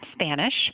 Spanish